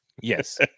yes